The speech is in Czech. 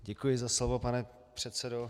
Děkuji za slovo, pane předsedo.